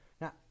now